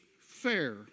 fair